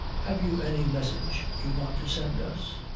have you any message you want to send us?